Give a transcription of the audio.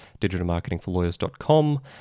digitalmarketingforlawyers.com